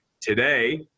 Today